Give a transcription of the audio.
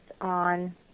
on